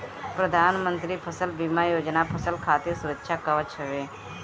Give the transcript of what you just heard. प्रधानमंत्री फसल बीमा योजना फसल खातिर सुरक्षा कवच हवे